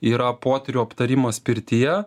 yra potyrių aptarimas pirtyje